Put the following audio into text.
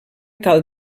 cal